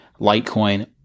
Litecoin